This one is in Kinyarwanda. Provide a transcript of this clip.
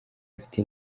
afite